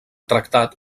tractat